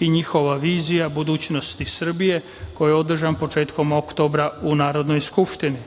i njihova vizija budućnosti Srbije“, koji je održan početkom oktobra u Narodnoj skupštini,